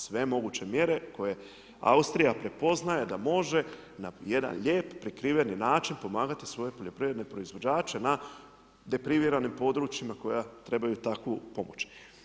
Sve moguće mjere koje Austrija prepoznaje da može na jedan lijepi prikriveni način pomagati svoje poljoprivredne proizvođače na depriviranim područjima koja trebaju takvu pomoć.